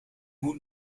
moet